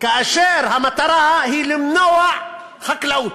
כאשר המטרה היא למנוע חקלאות,